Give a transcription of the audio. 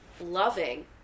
loving